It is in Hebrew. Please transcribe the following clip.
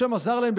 השם עזר להם,